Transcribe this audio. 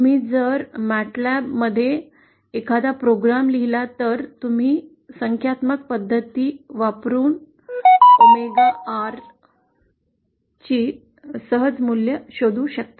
तुम्ही जर माटतब्लाब मध्ये एखादा प्रोग्राम लिहिला तर तुम्ही संख्यात्मक पद्धती वापरुन ओमेगा R ची सहज मूल्य शोधू शकता